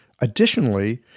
Additionally